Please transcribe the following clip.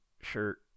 shirt